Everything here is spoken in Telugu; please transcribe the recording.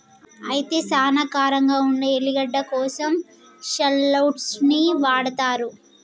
అయితే సానా కారంగా ఉండే ఎల్లిగడ్డ కోసం షాల్లోట్స్ ని వాడతారు